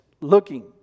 looking